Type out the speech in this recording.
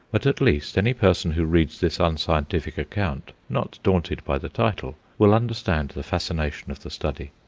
but at least any person who reads this unscientific account, not daunted by the title, will understand the fascination of the study.